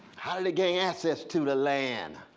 how do they gain access to the land?